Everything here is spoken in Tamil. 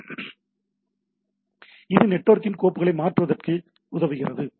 எனவே இது நெட்வொர்க்கில் கோப்புகளை மாற்றுவதற்கு எது உதவுகிறது